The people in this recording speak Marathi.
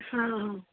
हां हां